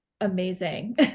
amazing